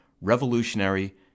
revolutionary